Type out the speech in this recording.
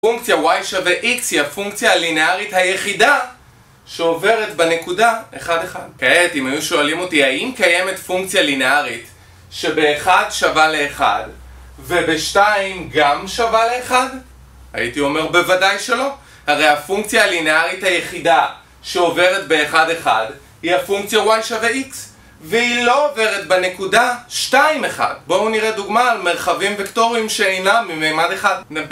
פונקציה y שווה x היא הפונקציה הלינארית היחידה שעוברת בנקודה 1,1. כעת אם היו שואלים אותי האם קיימת פונקציה לינארית שב-1 שווה ל-1 וב-2 גם שווה ל-1? הייתי אומר בוודאי שלא, הרי הפונקציה הלינארית היחידה שעוברת ב-1,1 היא הפונקציה y שווה x, והיא לא עוברת בנקודה 2,1. בואו נראה דוגמה על מרחבים וקטוריים שאינה ממימד 1.